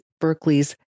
Berkeley's